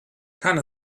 kann